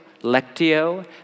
lectio